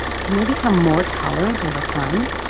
can they become more tolerant over time?